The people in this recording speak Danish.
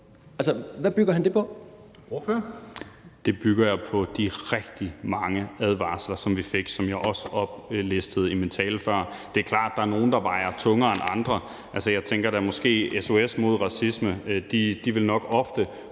Carl Valentin (SF): Det bygger jeg på de rigtig mange advarsler, som vi fik, og som jeg også oplistede i min tale før. Det er klart, at der er nogle, der vejer tungere end andre. Altså, jeg tænker da måske, at SOS Racisme nok ofte